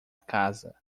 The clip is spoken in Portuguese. casa